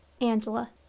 Angela